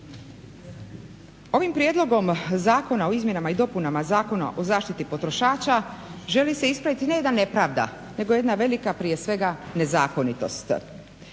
Ovim Prijedlogom zakona o izmjenama i dopunama Zakona o zaštiti potrošača želi se ispraviti ne jedna nepravda, nego jedna velika prije svega nezakonitost.